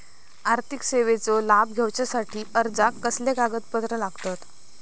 आर्थिक सेवेचो लाभ घेवच्यासाठी अर्जाक कसले कागदपत्र लागतत?